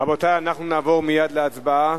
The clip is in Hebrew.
רבותי, אנחנו נעבור מייד להצבעה.